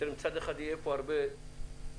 מצד אחד תהיה פה הרבה רגולציה,